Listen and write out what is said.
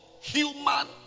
Human